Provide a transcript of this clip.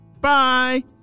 Bye